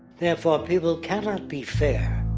therefore, people cannot be fair.